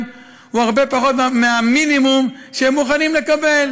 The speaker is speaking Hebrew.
הוא הרבה פחות מהמינימום שהם מוכנים לקבל.